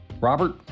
Robert